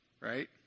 Right